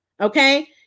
okay